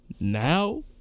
Now